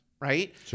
right